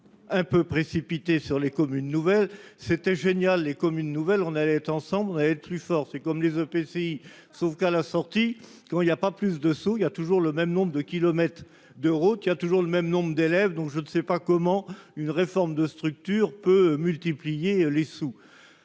un peu précipité sur les communes nouvelles, c'était génial, les communes nouvelles, on allait ensemble, on avait plus fort, c'est comme les EPCI sauf qu'à la sortie, quand il y a pas plus de sous, il y a toujours le même nombre de kilomètres de route il y a toujours le même nombre d'élèves, donc je ne sais pas comment une réforme de structure peut multiplier les sous,